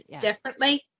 differently